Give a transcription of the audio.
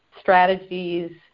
strategies